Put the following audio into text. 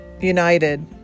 United